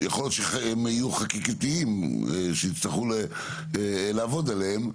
יכול להיות שהם יהיו חקיקתיים שיצטרכו לעבוד עליהם,